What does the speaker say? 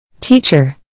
Teacher